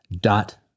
dot